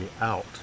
out